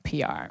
PR